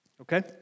okay